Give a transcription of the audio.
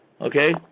Okay